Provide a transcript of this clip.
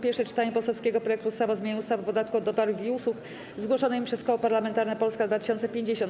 Pierwsze czytanie poselskiego projektu ustawy o zmianie ustawy o podatku od towarów i usług, zgłoszonymi przez Koło Parlamentarne Polska 2050.